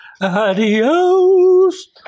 Adios